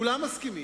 כולם מסכימים,